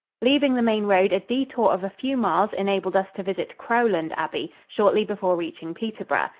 leaving the main road a detour of a few miles enabled us to visit crowland abbey shortly before reaching peterborough.